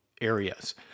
areas